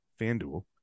FanDuel